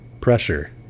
Pressure